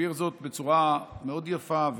הסביר זאת בצורה מאוד יפה,